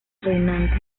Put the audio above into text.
reinante